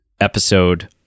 episode